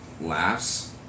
laughs